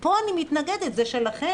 פה אני מתנגדת, זה שלכם.